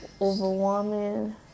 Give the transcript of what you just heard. overwhelming